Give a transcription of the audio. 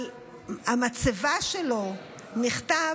על המצבה שלו נכתב: